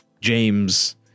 James